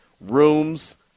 Rooms